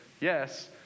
yes